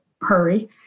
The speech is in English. hurry